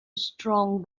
strong